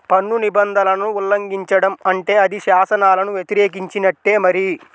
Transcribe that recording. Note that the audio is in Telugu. పన్ను నిబంధనలను ఉల్లంఘించడం అంటే అది శాసనాలను వ్యతిరేకించినట్టే మరి